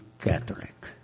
Catholic